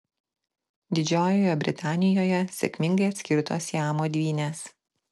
didžiojoje britanijoje sėkmingai atskirtos siamo dvynės